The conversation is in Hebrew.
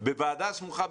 בוועדה סמוכה,